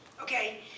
Okay